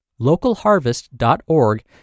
Localharvest.org